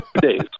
days